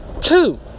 two